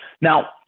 Now